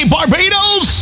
Barbados